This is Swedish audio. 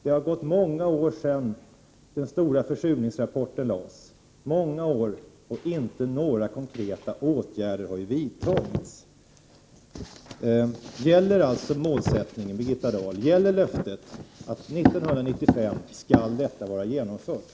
Det har gått många år sedan den stora försurningsrapporten kom, och inga konkreta åtgärder har vidtagits. Gäller löftet, Birgitta Dahl, att minskningen av utsläppen skall vara genomförd till år 1995?